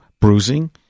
bruising